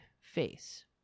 face